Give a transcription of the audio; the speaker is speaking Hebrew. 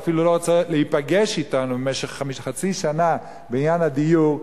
והוא אפילו לא רוצה להיפגש אתנו במשך חצי שנה בעניין הדיור.